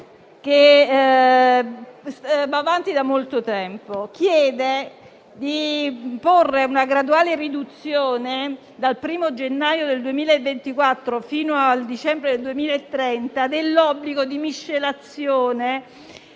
che va avanti da molto tempo. Chiede di porre una graduale esclusione dal 1° gennaio 2024 fino al dicembre 2030 degli obblighi di miscelazione